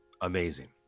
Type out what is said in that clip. Amazing